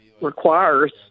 requires